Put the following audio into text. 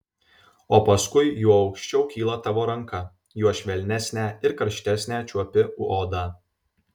o paskui juo aukščiau kyla tavo ranka juo švelnesnę ir karštesnę čiuopi odą